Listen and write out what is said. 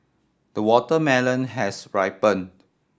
the watermelon has ripen